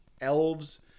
elves